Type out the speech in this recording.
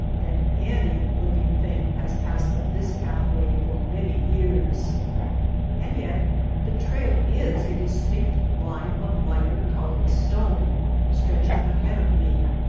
that any living thing has passed up this pathway for many years and yet the trail is a distinct line of lighter colored stone stretch ing ahead of me.